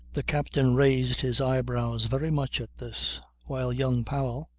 the captain raised his eyebrows very much at this, while young powell,